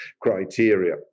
criteria